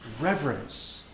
reverence